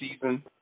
season